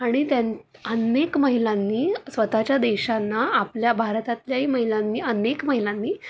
आणि त्या अनेक महिलांनी स्वतःच्या देशांना आपल्या भारतातल्याही महिलांनी अनेक महिलांनी